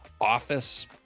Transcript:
office